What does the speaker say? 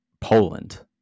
Poland